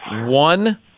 one